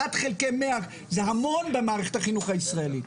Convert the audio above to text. אחד חלקי מאה זה המון במערכת החינוך הישראלית.